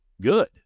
good